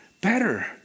better